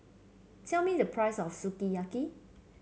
tell me the price of Sukiyaki